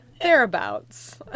thereabouts